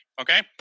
okay